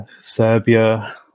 serbia